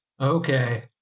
Okay